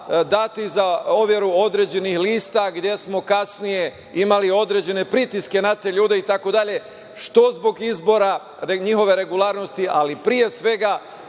datih za overu određenih lista gde smo kasnije imali određene pritiske na te ljude i tako dalje, što zbog izbora njihove regularnosti, ali pre svega